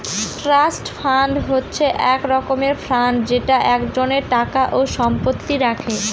trust fund হচ্ছে এক রকমের ফান্ড যেটা একজনের টাকা ও সম্পত্তি রাখে